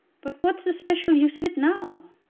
but what's the special use of it now?